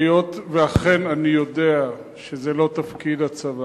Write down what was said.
אכן אני יודע שזה לא תפקיד הצבא,